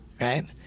right